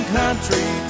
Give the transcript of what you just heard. country